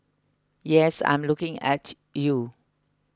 yes I'm looking at you